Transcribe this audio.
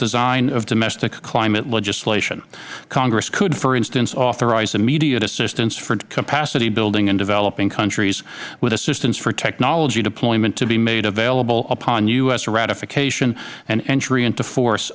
design of domestic climate legislation congress could for instance authorize immediate assistance for capacity building in developing countries with assistance for technology development to be made available upon u s ratification and entry into force